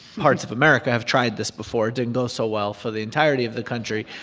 parts of america have tried this before. it didn't go so well for the entirety of the country.